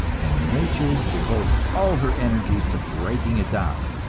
and nature devotes all her energies to breaking it down,